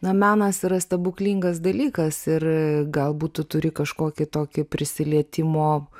na menas yra stebuklingas dalykas ir galbūt tu turi kažkokį tokį prisilietimo